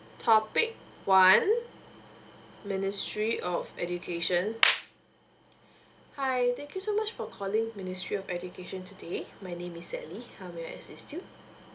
topic one ministry of education hi thank you so much for calling ministry of education today my name is eli how may I assist you